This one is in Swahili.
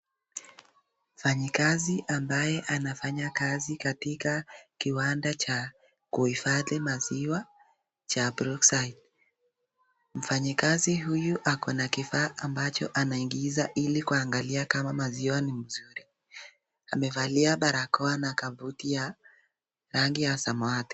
Mfanyikazi ambaye anafanya kazi katika kiwanda cha kuhifadhi maziwa cha Brookside. Mfanyikazi huyu akona kifaa ambacho anaingiza ili kuangalia kama maziwa ni mzuri. Amevalia barakoa na kabuti ya rangi ya samawati.